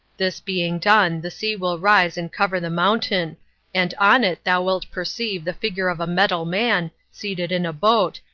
this being done the sea will rise and cover the mountain, and on it thou wilt perceive the figure of a metal man seated in a boat,